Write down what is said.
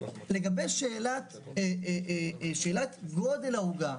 לגבי שאלת גודל העוגה,